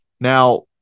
Now